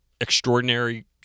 extraordinary